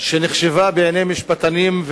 שנחשבה בעיני משפטנים,